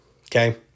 Okay